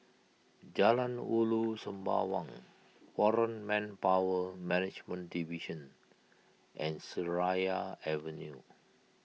Jalan Ulu Sembawang foreign Manpower Management Division and Seraya Avenue